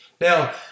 Now